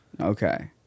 okay